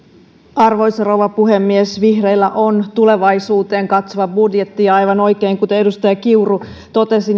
arvoisa rouva puhemies vihreillä on tulevaisuuteen katsova budjetti ja aivan oikein kuten edustaja kiuru totesi